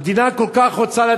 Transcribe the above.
המדינה כל כך רוצה,